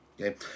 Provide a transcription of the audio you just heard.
Okay